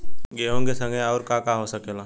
गेहूँ के संगे अउर का का हो सकेला?